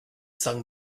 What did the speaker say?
sung